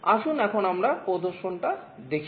আসুন এখন আমরা প্রদর্শন টা দেখি